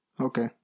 Okay